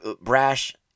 brash